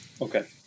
okay